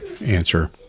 answer